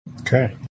Okay